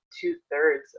two-thirds